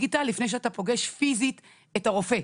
דיגיטל לפני שאתה פוגש פיזית את הרופא.